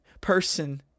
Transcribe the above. person